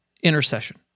intercession